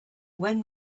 when